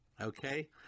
okay